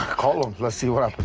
call him. let's see what happens.